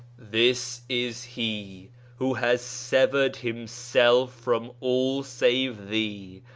this is he who has severed him self from all save thee,